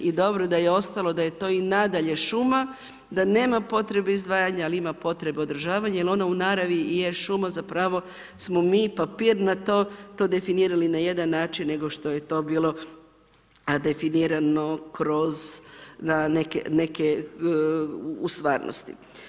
I dobro da je ostalo, da je to i nadalje šuma, da nema potrebe izdvajanja ali ima potrebe održavanja jer ona u naravi je šuma zapravo smo mi papirnato to definirati na jedan način nego što je to bilo definirano u stvarnosti.